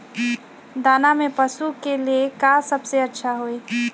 दाना में पशु के ले का सबसे अच्छा होई?